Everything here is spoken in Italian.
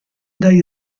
dai